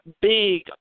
big